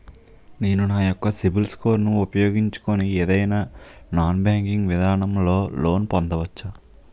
నేను నా యెక్క సిబిల్ స్కోర్ ను ఉపయోగించుకుని ఏదైనా నాన్ బ్యాంకింగ్ విధానం లొ లోన్ పొందవచ్చా?